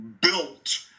built